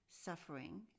suffering